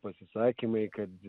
pasisakymai kad